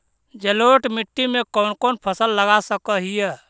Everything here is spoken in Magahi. जलोढ़ मिट्टी में कौन कौन फसल लगा सक हिय?